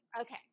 Okay